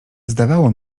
zdawało